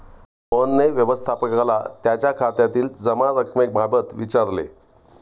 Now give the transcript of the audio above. मोहनने व्यवस्थापकाला त्याच्या खात्यातील जमा रक्कमेबाबत विचारले